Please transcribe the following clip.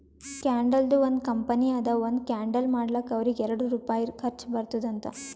ಕ್ಯಾಂಡಲ್ದು ಒಂದ್ ಕಂಪನಿ ಅದಾ ಒಂದ್ ಕ್ಯಾಂಡಲ್ ಮಾಡ್ಲಕ್ ಅವ್ರಿಗ ಎರಡು ರುಪಾಯಿ ಖರ್ಚಾ ಬರ್ತುದ್ ಅಂತ್